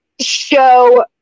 show